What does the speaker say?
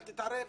אל תתערב,